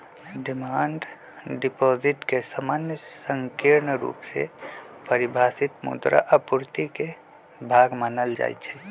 demand deposit के सामान्य संकीर्ण रुप से परिभाषित मुद्रा आपूर्ति के भाग मानल जाइ छै